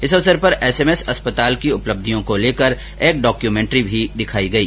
इस अवसर पर एसएमएस अस्पताल की उपलब्धियों को लेकर एक डॉक्यूमेंट्री दिखाई गई